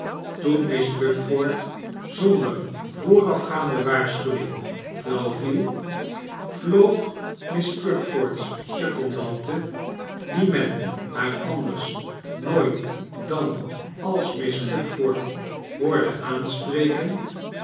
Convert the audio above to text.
toen miss pupford zonder voorafgaande waarschuwing flauw viel vloog miss pupford's secondante die men haar anders nooit dan als miss pupford hoorde aanspreken